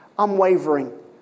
unwavering